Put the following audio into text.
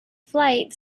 flight